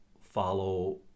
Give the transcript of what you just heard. follow